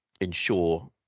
ensure